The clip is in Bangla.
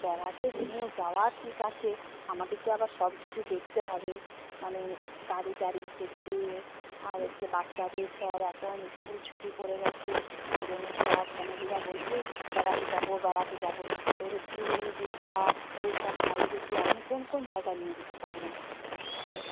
বেড়াতে নিয়ে যাওয়া ঠিক আছে আমাদেরকে আবার সব কিছু দেখতে হবে মানে গাড়ি টাড়ির সেফটি ইয়ে আর হচ্ছে বাচ্চাদের সব এখন স্কুল ছুটি পড়ে গেছে ওই জন্য সব ফ্যামিলিরা বলছে বেড়াতে যাব বেড়াতে যাব এবারে পুরী দিঘা ওই সব সাইডে কি আপনি কোন কোন জায়গায় নিয়ে যেতে পারবেন তাহলে